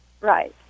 Right